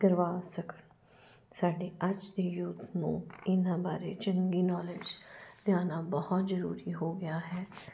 ਕਰਵਾ ਸਕਣ ਸਾਡੇ ਅੱਜ ਦੇ ਯੂਥ ਨੂੰ ਇਹਨਾਂ ਬਾਰੇ ਚੰਗੀ ਨੋਲੇਜ਼ ਲਿਆਉਣਾ ਬਹੁਤ ਜ਼ਰੂਰੀ ਹੋ ਗਿਆ ਹੈ